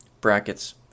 brackets